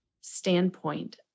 standpoint